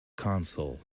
console